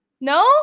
No